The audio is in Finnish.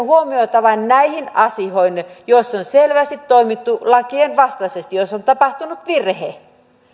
huomiota vain näihin asioihin joissa on selvästi toimittu lakien vastaisesti joissa on tapahtunut virhe